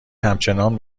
همچنان